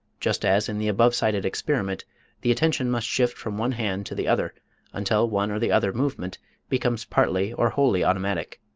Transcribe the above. just as in the above-cited experiment the attention must shift from one hand to the other until one or the other movement becomes partly or wholly automatic.